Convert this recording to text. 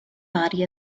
body